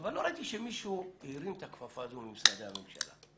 אבל לא ראיתי שמישהו הרים את הכפפה הזו ממשרדי הממשלה.